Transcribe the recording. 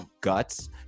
guts